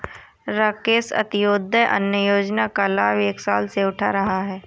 राकेश अंत्योदय अन्न योजना का लाभ एक साल से उठा रहा है